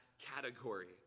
category